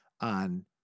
On